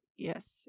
Yes